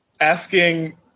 asking